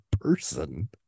person